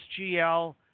SGL